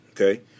Okay